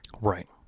Right